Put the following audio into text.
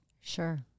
Sure